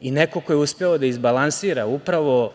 i neko ko je uspeo da izbalansira, upravo